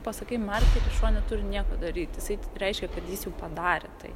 pasakai markerį ir šuo neturi nieko daryt jisai reiškia kad jis jau padarė tai